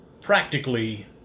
practically